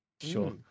Sure